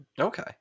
Okay